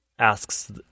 asks